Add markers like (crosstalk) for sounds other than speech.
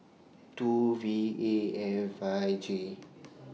two V A F five J (noise)